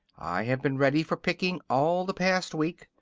i have been ready for picking all the past week,